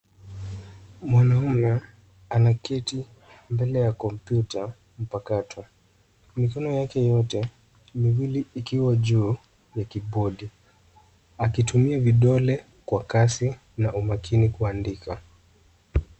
Mwanaume anaketi mbele ya kompyuta mpakato, mikono yake yote miwili ikiwa juu ya kibodi, akitumia vidole kwa kasi na umakini kuandika.